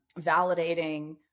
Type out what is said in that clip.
validating